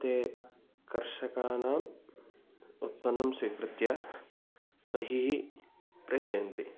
ते कर्षकाणाम् उत्पन्नं स्वीकृत्य बहिः प्रेशयन्ति